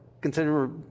consider